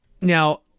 Now